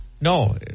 No